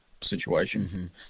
situation